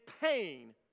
pain